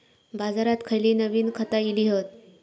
बाजारात खयली नवीन खता इली हत?